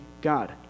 God